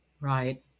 Right